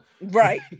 Right